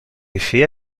effet